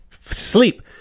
sleep